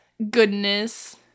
goodness